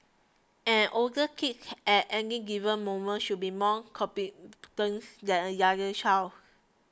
an older kid at any given moment should be more competent than a younger child